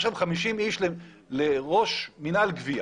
יש 50 אנשים לתפקיד ראש מינהל גבייה.